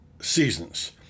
seasons